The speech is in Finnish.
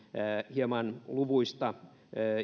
hieman luvuista